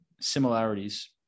similarities